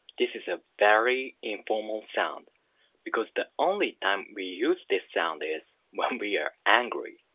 this is a very informal sound because the only time we use this sound is when we're angry.